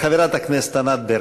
חברת הכנסת ענת ברקו.